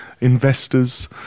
investors